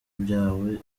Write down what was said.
byawe